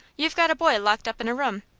you've got a boy locked up in a room.